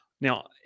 Now